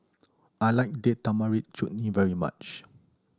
I like Date Tamarind Chutney very much